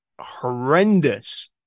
horrendous